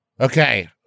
Okay